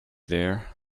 there